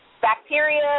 bacteria